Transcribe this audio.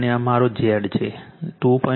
અને આ મારો Z છે 2